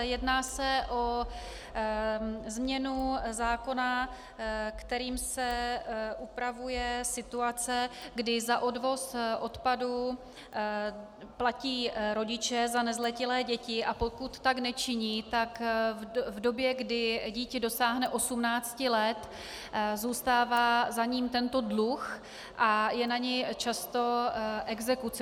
Jedná se o změnu zákona, kterým se upravuje situace, kdy za odvoz odpadů platí rodiče za nezletilé děti, a pokud tak nečiní, tak v době, kdy dítě dosáhne 18 let, zůstává za ním tento dluh a je na něj často exekuce.